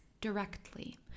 directly